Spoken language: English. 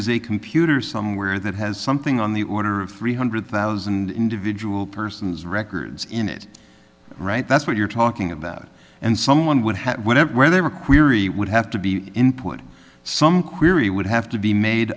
is a computer somewhere that has something on the order of three hundred thousand individual persons records in it right that's what you're talking about and someone would have whatever where they were query would have to be input some query would have to be made